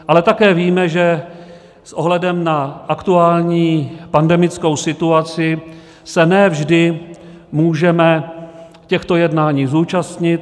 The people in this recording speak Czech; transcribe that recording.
Ale také víme, že s ohledem na aktuální pandemickou situaci se ne vždy můžeme těchto jednání zúčastnit.